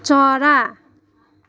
चरा